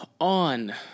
on